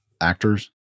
actors